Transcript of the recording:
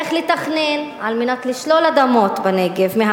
איך לתכנן על מנת לשלול מהערבים אדמות בנגב.